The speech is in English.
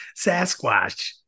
sasquatch